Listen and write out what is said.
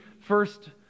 first